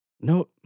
No